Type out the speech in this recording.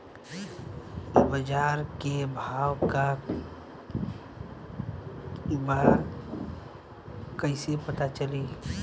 बाजार के भाव का बा कईसे पता चली?